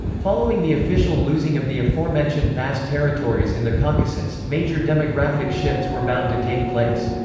following the official losing of the aforementioned vast territories in the caucasus, major demographic shifts were bound to take place.